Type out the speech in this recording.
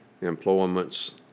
employment's